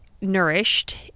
nourished